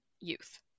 youth